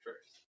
first